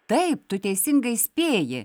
taip tu teisingai spėji